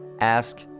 Ask